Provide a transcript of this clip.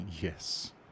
Yes